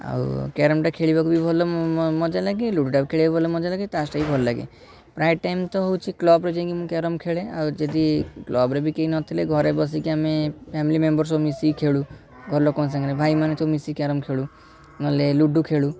ଆଉ କ୍ୟାରମ୍ଟା ଖେଳିବାକୁ ବି ଭଲ ମଜା ଲାଗେ ଲୁଡ଼ୁଟାକୁ ଖେଳିବାକୁ ଭଲ ମଜା ଲାଗେ ତାସଟା ବି ଭଲ ଲାଗେ ପ୍ରାୟ ଟାଇମ୍ ତ ହେଉଛି କ୍ଲବ୍ରେ ଯାଇକି ମୁଁ କ୍ୟାରମ୍ ଖେଳେ ଆଉ ଯଦି କ୍ଲବ୍ରେ ବି କେହି ନଥିଲେ ଘରେ ବସିକି ଆମେ ଫ୍ୟାମିଲି ମେମ୍ବର୍ ସବୁ ମିଶିକି ଖେଳୁ ଘର ଲୋକଙ୍କ ସାଙ୍ଗରେ ଭାଇମାନେ ସବୁ ମିଶିକି କ୍ୟାରମ୍ ଖେଳୁ ନହେଲେ ଲୁଡ଼ୁ ଖେଳୁ